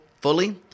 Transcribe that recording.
fully